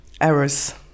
errors